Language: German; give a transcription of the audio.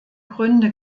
gründe